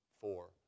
Four